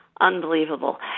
unbelievable